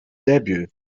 debut